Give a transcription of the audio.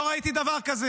לא ראיתי דבר כזה.